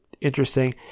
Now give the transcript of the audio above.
interesting